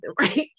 right